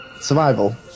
Survival